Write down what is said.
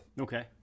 Okay